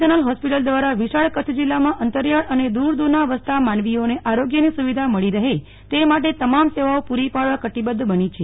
general hospital દ્વારા વિશાળ કચ્છ જીલ્લામાં અંતરિયાળ અને દુર સુદૂરના વસતા માનવીઓને આરોગ્યની સુવિધા મળી રહે તે માટે તમામ સેવાઓ પૂરી પાડવા કટિબદ્વ બની છે